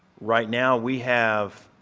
right now, we have